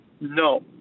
No